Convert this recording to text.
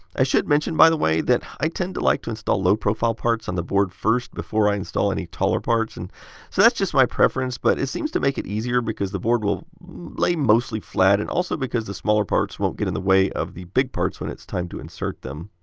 i should mention, by the way, that i tend to like to install low-profile parts on a board first, before i install any taller parts. and so that's just my preference, but it seems to make it easier because the board will lay mostly flat and also because the smaller parts won't get in the way of the big parts when it is time to insert them.